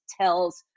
tells